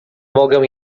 mogę